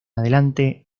adelante